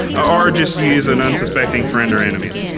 ah or just use an unsuspecting friend or enemy's.